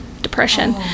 depression